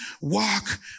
walk